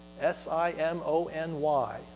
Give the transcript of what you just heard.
S-I-M-O-N-Y